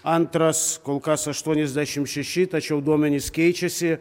antras kol kas aštuoniasdešim šeši tačiau duomenys keičiasi